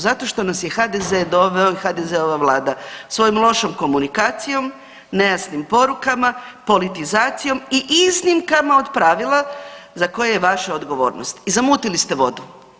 Zato što nas je HDZ doveo i HDZ-ova vlada svojom lošom komunikacijom, nejasnim porukama, politizacijom i iznimkama od pravila za koje je vaša odgovornost, zamutili ste vodu.